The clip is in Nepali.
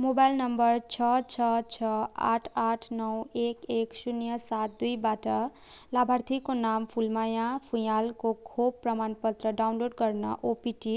मोबाइल नम्बर छ छ छ आठ आठ नौ एक एक शून्य सात दुईबाट लाभार्थीको नाम फुलमाया फुँयालको खोप प्रमाणपत्र डाउनलोड गर्न ओटिपी